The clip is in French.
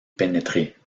pénétrer